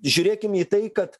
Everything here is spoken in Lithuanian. žiūrėkim į tai kad